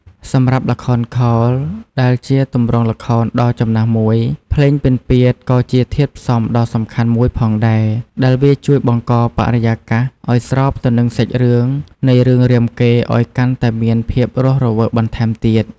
សម្រាប់ល្ខោនខោល ដែលជាទម្រង់ល្ខោនដ៏ចំណាស់មួយ ភ្លេងពិណពាទ្យក៏ជាធាតុផ្សំដ៏សំខាន់មួយផងដែរ ដែលវាជួយបង្កបរិយាកាសឱ្យស្របទៅនឹងសាច់រឿងនៃរឿងរាមកេរ្តិ៍ឲ្យកាន់តែមានភាពរស់រវើកបន្ថែមទៀត។